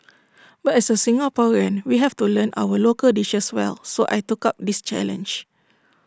but as A Singaporean we have to learn our local dishes well so I took up this challenge